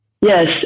Yes